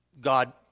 God